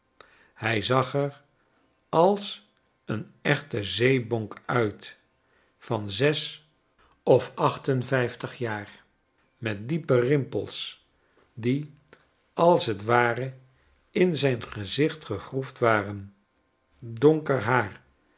hij zag er als een echte zeebonk nit van zes of acht en vijftig jaar met diepe rimpels die als t ware in zijn gezicht gegroefd war en donker haar